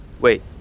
Wait